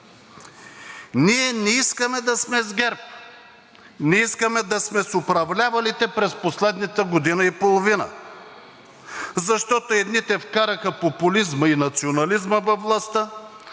Ние не искаме с ГЕРБ, не искаме да сме с управлявалите през последната година и половина, защото едните вкараха популизма и национализма във властта,